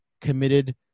committed